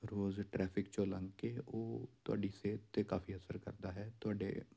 ਰੋਜ਼ traffic ਚੋਂ ਲੰਘ ਕੇ ਉਹ ਤੁਹਾਡੀ ਸਿਹਤ 'ਤੇ ਕਾਫ਼ੀ ਅਸਰ ਕਰਦਾ ਹੈ ਤੁਹਾਡੇ